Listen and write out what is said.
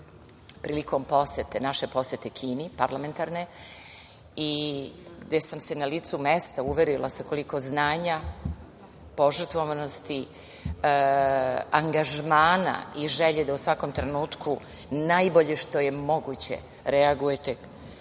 prilikom naše posete Kini, parlamentarne, i gde sam se na licu mesta uverila sa koliko znanja, požrtvovanosti, angažmana i želje da u svakom trenutku najbolje što je moguće reagujete u